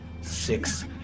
Six